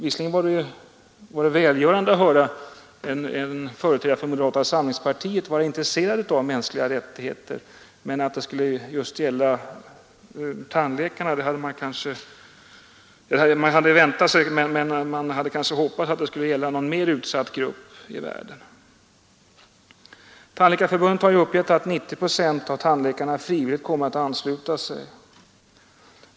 Visserligen var det välgörande att höra en företrädare för moderata samlingspartiet vara intresserad av mänskliga rättigheter, men man hade kanske hoppats att det skulle gälla någon mer utsatt grupp i världen än tandläkarna. Tandläkarförbundet har alltså uppgett att 90 procent av tandläkarna frivilligt kommer att ansluta sig.